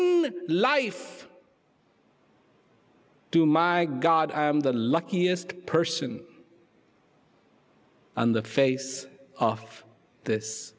lady life to my god i am the luckiest person on the face of this